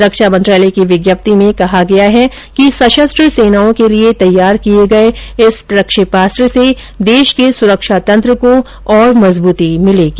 रक्षा मंत्रालय की विज्ञप्ति में कहा गया है कि सशस्त्र सेनाओं के लिए तैयार किए गए इस प्रक्षेपास्त्र से देश के सुरक्षा तंत्र को और मजबूती मिलेगी